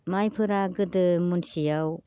माइफोरा गोदो मनसेयाव